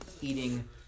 eating